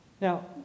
now